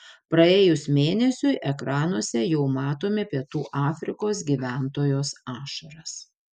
praėjus mėnesiui ekranuose jau matome pietų afrikos gyventojos ašaras